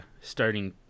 starting